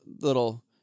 little